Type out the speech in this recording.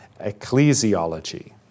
ecclesiology